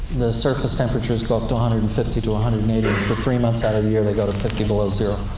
the surface temperatures go up to one hundred and fifty to ah hundred and eighty. for three months out of the year, they go to fifty below zero.